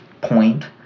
point